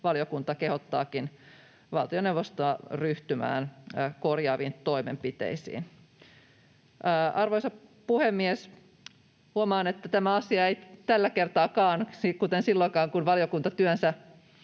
valiokunta kehottaakin valtioneuvostoa ryhtymään korjaaviin toimenpiteisiin. Arvoisa puhemies! Huomaan, että tämä asia ei tälläkään kertaa, kuten ei silloinkaan, kun valiokunta työnsä